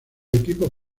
equipos